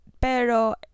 Pero